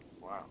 Wow